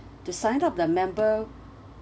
to sign up the member